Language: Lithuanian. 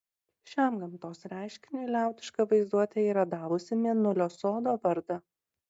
šiam gamtos reiškiniui liaudiška vaizduotė yra davusi mėnulio sodo vardą